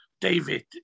David